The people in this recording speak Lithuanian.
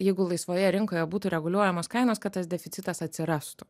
jeigu laisvoje rinkoje būtų reguliuojamos kainos kad tas deficitas atsirastų